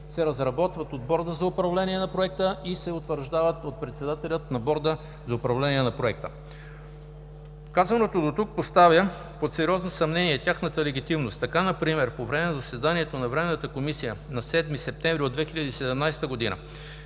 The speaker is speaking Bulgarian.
се разработват от Борда за управление на проекта и се утвърждават от председателя на Борда за управление на проекта. Казаното до тук поставя под сериозно съмнение тяхната легитимност. Така например, по време на заседанието на Временната комисия на 7 септември 2017 г. един